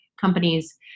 companies